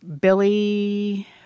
Billy